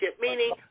meaning